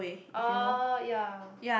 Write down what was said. orh ya